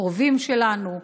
הקרובים שלנו,